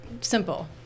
simple